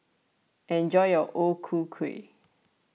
enjoy your O Ku Kueh